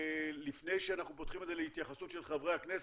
לפני שאנחנו פותחים את זה להתייחסות של חברי הכנסת,